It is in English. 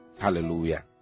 Hallelujah